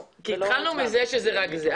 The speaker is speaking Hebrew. התחלנו מזה שזה רק זה,